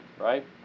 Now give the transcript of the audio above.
right